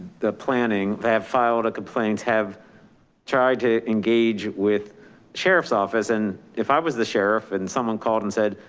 the planning. they have filed a complaint have tried to engage with sheriff's office. and if i was the sheriff and someone called and said,